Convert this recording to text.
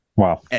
Wow